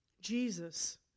Jesus